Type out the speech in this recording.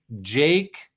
Jake